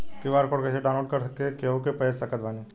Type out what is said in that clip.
QR code कइसे download कर के केहु के भेज सकत बानी?